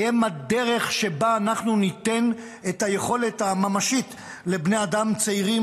זו הדרך שבה ניתן את היכולת הממשית לבני אדם צעירים